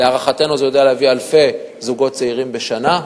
להערכתנו, זה יכול להביא אלפי זוגות צעירים בשנה.